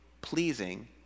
pleasing